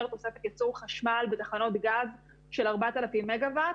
תוספת ייצור חשמל בתחנות גז של 4,000 מגה-וואט.